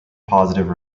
positive